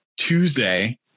Tuesday